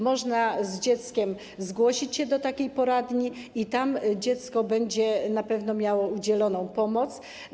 Można z dzieckiem zgłosić się do takiej poradni i tam dziecku będzie na pewno udzielona pomoc.